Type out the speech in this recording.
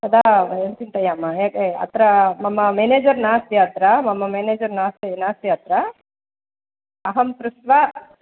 तदा वयं चिन्तयामः अत्र मम मेनेजर् नास्ति अत्र मम मेनेजर् नास्ति नास्ति अत्र अहं पृष्ट्वा